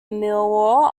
millwall